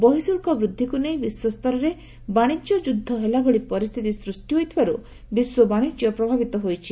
ବହିଃଶୁଳ୍କ ବୃଦ୍ଧିକୁ ନେଇ ବିଶ୍ୱସ୍ତରରେ ବାଣିଜ୍ୟ ଯୁଦ୍ଧ ହେଲା ଭଳି ପରିସ୍ଥିତି ସୃଷ୍ଟି ହୋଇଥିବାରୁ ବିଶ୍ୱ ବାଣିଜ୍ୟ ପ୍ରଭାବିତ ହୋଇଛି